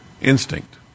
Instinct